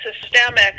systemic